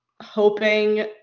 hoping